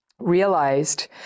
realized